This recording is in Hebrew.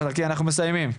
מסיימים.